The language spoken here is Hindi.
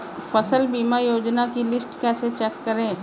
फसल बीमा योजना की लिस्ट कैसे चेक करें?